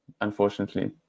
unfortunately